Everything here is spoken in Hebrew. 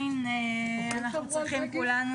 צריכים כולנו